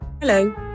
Hello